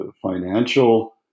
financial